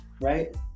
right